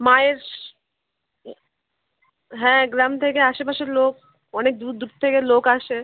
মায়ের এ হ্যাঁ গ্রাম থেকে আশেপাশের লোক অনেক দূর দূর থেকে লোক আসে